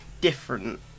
different